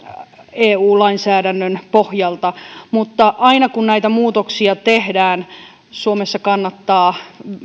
eu lainsäädännön pohjalta mutta aina kun näitä muutoksia tehdään suomessa kannattaa